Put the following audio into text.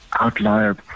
outlier